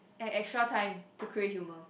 at extra time to create humor